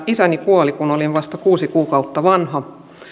isäni kuoli kun olin vasta kuusi kuukautta vanha